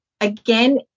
again